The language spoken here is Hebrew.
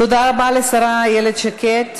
תודה רבה לשרה איילת שקד.